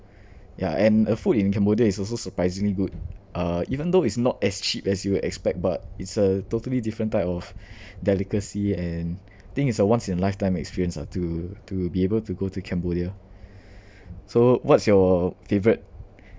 yeah and uh food in cambodia is also surprisingly good uh even though it's not as cheap as you would expect but it's a totally different type of delicacy and think it's a once in a lifetime experience ah to to be able to go to cambodia so what's your favourite